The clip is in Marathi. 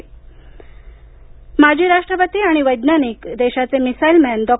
कलाम मोदी माजी राष्ट्रपती आणि वैज्ञानिक देशाचे मिसाईलमॅन डॉ